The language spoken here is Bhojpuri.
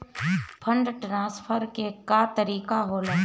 फंडट्रांसफर के का तरीका होला?